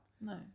No